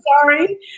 Sorry